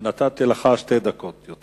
נתתי לך שתי דקות יותר.